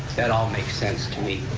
that all makes sense to me.